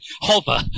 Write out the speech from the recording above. Hover